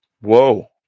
Whoa